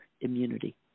immunity